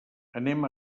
anem